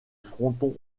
fronton